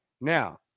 now